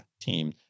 team